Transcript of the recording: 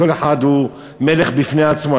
כל אחד הוא מלך בפני עצמו,